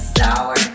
sour